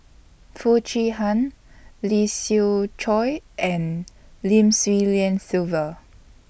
Foo Chee Han Lee Siew Choh and Lim Swee Lian Sylvia